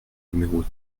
numéros